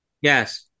Yes